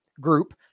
group